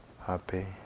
happy